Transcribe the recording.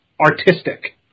artistic